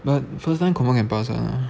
but first time confirm can pass lah